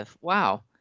Wow